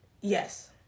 Yes